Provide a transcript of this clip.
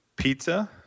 Pizza